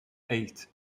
eight